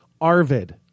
Arvid